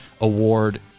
Award